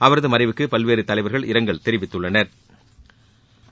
அவரது மறைவுக்கு பல்வேறு தலைவர்கள் இரங்கல் தெரிவித்துள்ளனா்